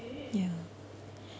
ya